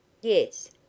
Yes